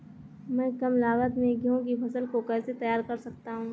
मैं कम लागत में गेहूँ की फसल को कैसे तैयार कर सकता हूँ?